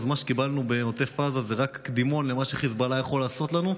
אז מה שקיבלנו בעוטף עזה הוא רק קדימון למה שחיזבאללה יכול לעשות לנו.